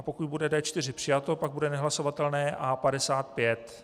Pokud bude D4 přijato, pak bude nehlasovatelné A55.